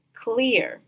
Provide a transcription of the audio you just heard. clear